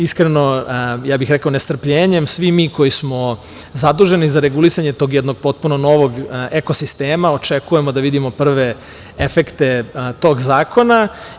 Iskreno, ja bih rekao, sa nestrpljenjem svi mi koji smo zaduženi za regulisanje tog jednog potpuno novog ekosistema očekujemo da vidimo prve efekte tog zakona.